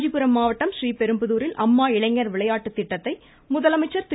காஞ்சிபுரம் மாவட்டம் றீபெரும்புதூரில் அம்மா இளைஞர் விளையாட்டு திட்டத்தை முதலமைச்சர் திரு